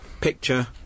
picture